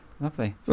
lovely